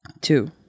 Two